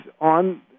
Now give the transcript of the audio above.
on